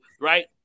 Right